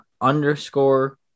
underscore